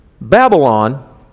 Babylon